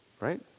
right